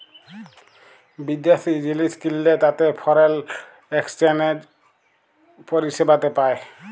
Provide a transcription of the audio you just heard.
বিদ্যাশি জিলিস কিললে তাতে ফরেল একসচ্যানেজ পরিসেবাতে পায়